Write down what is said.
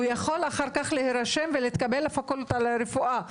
היא אומרת שהוא יכול אחר כך להירשם ולהתקבל לפקולטה לרפואה,